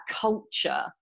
culture